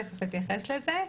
ותיכף אתייחס לזה.